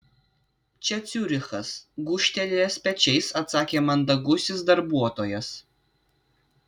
čia ciurichas gūžtelėjęs pečiais atsakė mandagusis darbuotojas